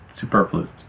superfluous